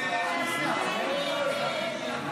הסתייגות